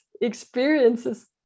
experiences